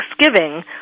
Thanksgiving